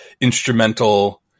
instrumental